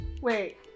Wait